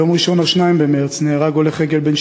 ביום ראשון 2 במרס נהרג הולך רגל בן